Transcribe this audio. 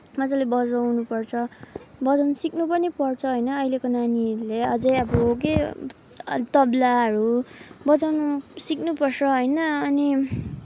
मजाले बजाउनुपर्छ बजाउनु सिक्नु पनि पर्छ होइन अहिलेको नानीहरूले अझै अब के तबलाहरू बजाउनु सिक्नुपर्छ होइन अनि